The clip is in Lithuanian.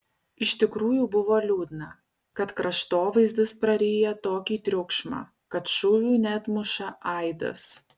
iš tikrųjų buvo liūdna kad kraštovaizdis praryja tokį triukšmą kad šūvių neatmuša aidas